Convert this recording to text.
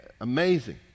amazing